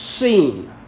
seen